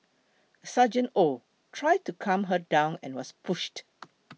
Sergeant Oh tried to calm her down and was pushed